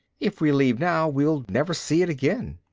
if we leave now we'll never see it again.